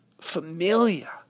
Familia